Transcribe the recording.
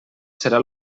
serà